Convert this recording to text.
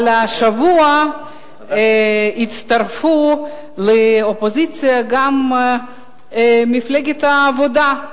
אבל השבוע הצטרפה לאופוזיציה גם מפלגת העבודה,